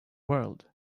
world